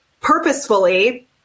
purposefully